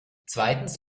zweitens